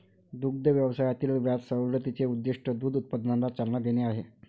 दुग्ध व्यवसायातील व्याज सवलतीचे उद्दीष्ट दूध उत्पादनाला चालना देणे आहे